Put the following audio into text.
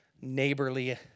neighborly